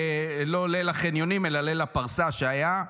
לא ליל החניונים אלא ליל הפרסה שהיה.